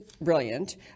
brilliant